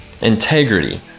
integrity